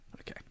Okay